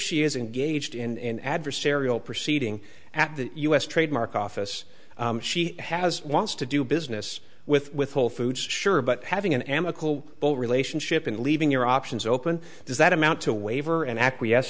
she is engaged in an adversarial proceeding at the u s trademark office she has wants to do business with with whole foods sure but having an amicable relationship and leaving your options open does that amount to waiver and acquiesce